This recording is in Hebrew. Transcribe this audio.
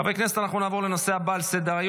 בעד, 13, אפס מתנגדים.